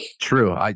True